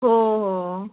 हो हो